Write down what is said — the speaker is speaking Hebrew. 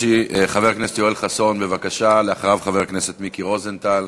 והוא רצה את בת-שבע, ולכן ציווה על יואב בן צרויה,